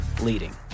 leading